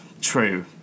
true